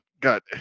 got